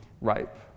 ripe